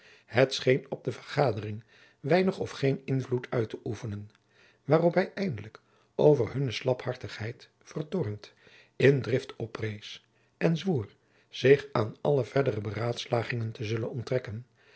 scheen op de vergadering weinig of geen invloed uit te oefenen waarop hij eindelijk over hunne slaphartigheid vertoornd in drift oprees en zwoer zich aan alle verdere beraadslagingen te zullen onttrekken